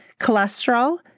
Cholesterol